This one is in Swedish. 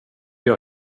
jag